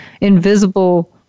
invisible